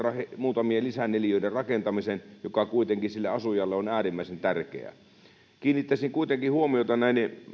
muutamien lisäneliöiden rakentamisen joka kuitenkin sille asujalle on äärimmäisen tärkeää kiinnittäisin kuitenkin huomiota